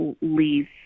leave